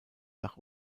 nach